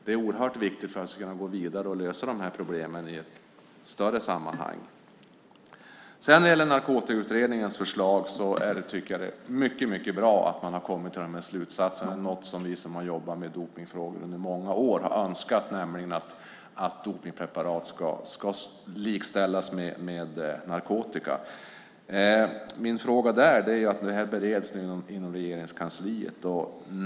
Det är oerhört viktigt för att man ska kunna gå vidare och lösa de här problemen i ett större sammanhang. När det gäller Narkotikautredningens förslag tycker jag att det är mycket bra att man har kommit till de här slutsatserna. Det är något som vi som har jobbat med dopningsfrågor har önskat under många år, nämligen att dopningspreparat ska likställas med narkotika. Det här bereds nu inom Regeringskansliet.